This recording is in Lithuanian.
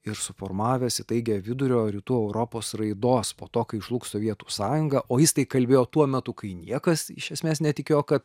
ir suformavęs įtaigią vidurio rytų europos raidos po to kai žlugs sovietų sąjunga o jis tai kalbėjo tuo metu kai niekas iš esmės netikėjo kad